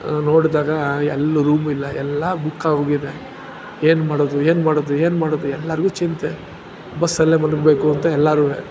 ನೋಡಿದಾಗ ಎಲ್ಲೂ ರೂಮಿಲ್ಲ ಎಲ್ಲ ಬುಕ್ಕಾಗೋಗಿದೆ ಏನ್ಮಾಡೋದು ಏನ್ಮಾಡೋದು ಏನ್ಮಾಡೋದು ಎಲ್ಲರಿಗೂ ಚಿಂತೆ ಬಸ್ಸಲ್ಲೇ ಮಲಗಬೇಕು ಅಂತ ಎಲ್ಲರೂ